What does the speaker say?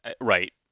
Right